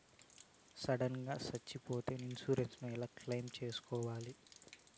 Sudden గా సచ్చిపోతే insurance ఎలా క్లెయిమ్ సేసుకోవాలి?